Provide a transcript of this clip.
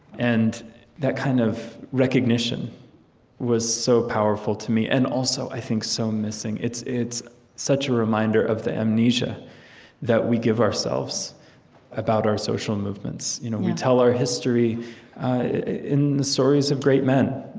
and that kind of recognition was so powerful to me, and, also, i think, so missing. it's it's such a reminder of the amnesia that we give ourselves about our social movements you know we tell our history in the stories of great men.